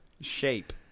Shape